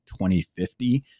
2050